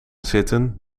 zitten